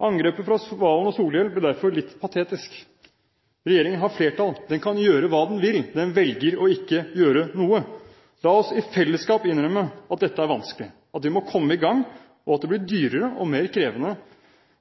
Angrepet fra Serigstad Valen og Solhjell blir derfor litt patetisk. Regjeringen har flertall. Den kan gjøre hva den vil. Den velger å ikke gjøre noe. La oss i fellesskap innrømme at dette er vanskelig, at vi må komme i gang, og at det blir dyrere og mer krevende